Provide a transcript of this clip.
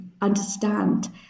understand